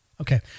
Okay